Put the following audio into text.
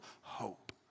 hope